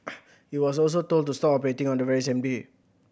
it was also told to stop operating on the very same day